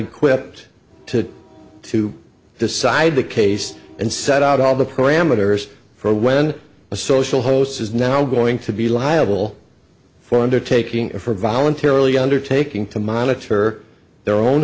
equipped to to decide the case and set out all the parameters for when a social host is now going to be liable for undertaking or for voluntarily undertaking to monitor their own